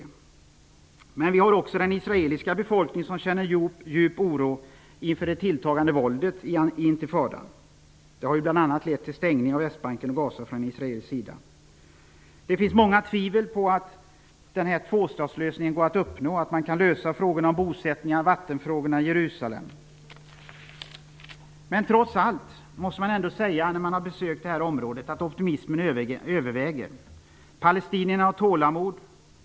Även den israeliska befolkningen känner djup oro inför det tilltagande våldet i intifadan. Det har ju bl.a. lett till stängning av Västbanken och Gaza från israelisk sida. Det finns många tvivel på att tvåstatslösningen går att uppnå, att man kan lösa frågan om bosättning och vattenfrågorna i Men när man har besökt detta område, måste man trots allt säga att optimismen överväger. Palestinierna har tålamod.